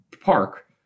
park